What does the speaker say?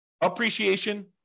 appreciation